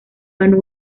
ganó